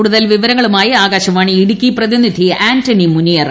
കൂടുതൽ വിവരങ്ങളുമായി ആകാശവാണി ഇടുക്കി പ്രതിനിധി ആന്റണി മുനിയറ